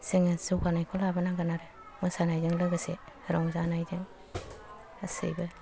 जोंङो जौगानायखौ लाबोनांगोन आरो मोसानाय जों लोगोसे रंजानाय जों गासैबो